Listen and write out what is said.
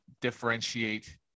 differentiate